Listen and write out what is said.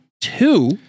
two